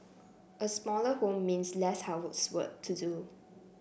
a smaller home means less housework to do